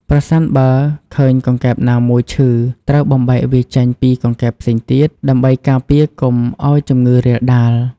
ប្រសិនបើឃើញកង្កែបណាមួយឈឺ ត្រូវបំបែកវាចេញពីកង្កែបផ្សេងទៀត ដើម្បីការពារកុំឲ្យជំងឺរាលដាល។